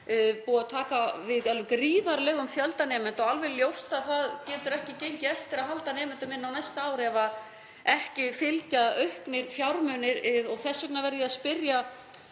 búið að taka við gríðarlegum fjölda nemenda og alveg ljóst að ekki getur gengið eftir að halda nemendum inn á næsta ár ef ekki fylgja auknir fjármunir. Þess vegna verð ég að spyrja